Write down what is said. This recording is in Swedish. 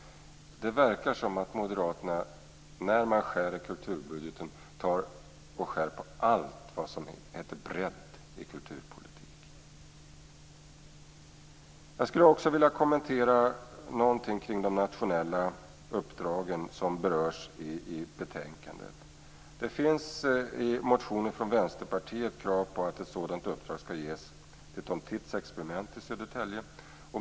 Det verkar som att Moderaterna skär i budgeten i allt som kan betraktas som brett i kulturpolitiken. Jag vill något kommentera de nationella uppdrag som berörs i betänkandet. I motioner från Vänsterpartiet finns krav på att ett sådant uppdrag skall ges till Tom Tits Experiment i Södertälje.